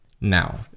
now